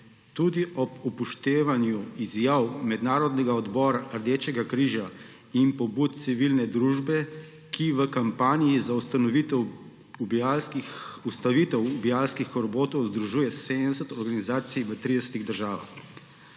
Tudi ob upoštevanju izjav mednarodnega odbora Rdečega križa in pobud civilne družbe, ki v kampanji za ustavitev ubijalskih robotov združuje 70 organizacij v 30 državah.